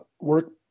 work